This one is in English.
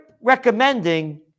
recommending